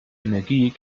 energie